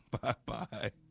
Bye-bye